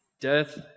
Death